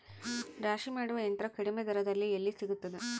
ರಾಶಿ ಮಾಡುವ ಯಂತ್ರ ಕಡಿಮೆ ದರದಲ್ಲಿ ಎಲ್ಲಿ ಸಿಗುತ್ತದೆ?